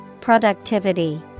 Productivity